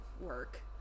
work